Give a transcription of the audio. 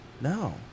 No